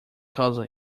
cousin